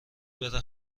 بره